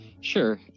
Sure